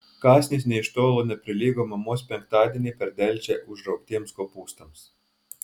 kąsnis nė iš tolo neprilygo mamos penktadienį per delčią užraugtiems kopūstams